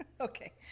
Okay